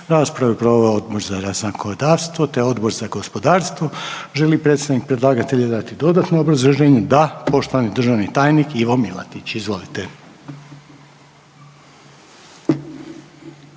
Raspravu je proveo Odbor za zakonodavstvo, te Odbor za gospodarstvo. Želi li predstavnik predlagatelja dati dodatno obrazloženje? Da. Poštovani državni tajnik Ivo Milatić, izvolite.